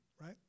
right